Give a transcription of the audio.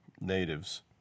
natives